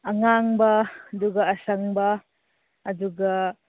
ꯑꯉꯥꯡꯕ ꯑꯗꯨꯒ ꯑꯁꯪꯕ ꯑꯗꯨꯒ